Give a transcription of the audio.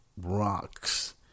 rocks